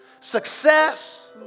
success